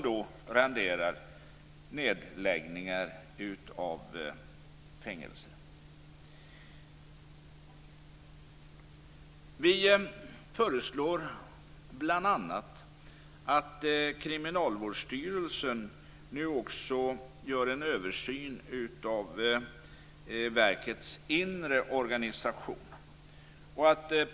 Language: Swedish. De renderar nedläggningar av fängelser. Vi moderater föreslår bl.a. att Kriminalvårdsstyrelsen nu också gör en översyn av verkets inre organisation.